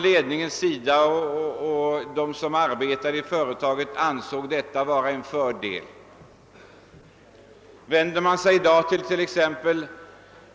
Ledningen och de anställda ansåg att detta var en fördel.